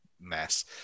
mess